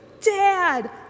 Dad